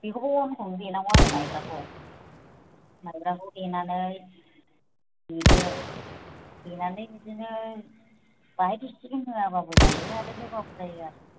बेखौबो अनखौनो देनांंगौ आरो माइब्राखौ माइब्राखौ देनानै देदो देनानै बिदिनो बेहाय सिबिं होआबाबो जायो आरो होआबाबो जायो